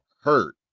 hurt